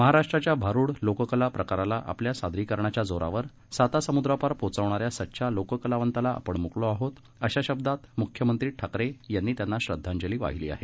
महाराष्ट्राच्या भारूड लोककला प्रकाराला आपल्या सादरीकरणाच्या जोरावर सातासमूद्रापार पोहचवणाऱ्या सच्चा लोककलावंताला आपण मूकलो आहोत अशा शब्दात म्ख्यमंत्री उदधव ठाकरे यांनी त्यांना श्रद्धांजली वाहिली आहे